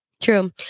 True